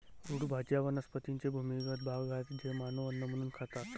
route भाज्या वनस्पतींचे भूमिगत भाग आहेत जे मानव अन्न म्हणून खातात